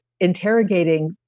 interrogating